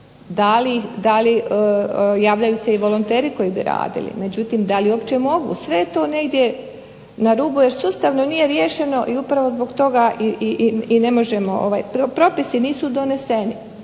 Da li, javljaju se i volonteri koji bi radili. Međutim, da li uopće mogu? Sve je to negdje na rubu, jer sustavno nije riješeno i upravo zbog toga i ne možemo. Propisi nisu doneseni,